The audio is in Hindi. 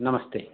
नमस्ते